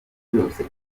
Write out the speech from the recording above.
byose